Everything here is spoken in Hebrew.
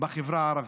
בחברה הערבית.